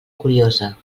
curiosa